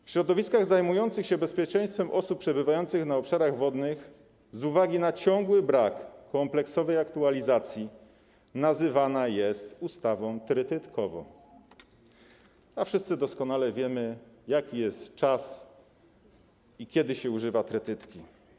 W środowiskach zajmujących się bezpieczeństwem osób przebywających na obszarach wodnych, z uwagi na ciągły brak kompleksowej aktualizacji, nazywana jest ustawą trytytkową, a wszyscy doskonale wiemy, jaki jest czas i kiedy się używa trytytki.